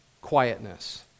quietness